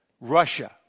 Russia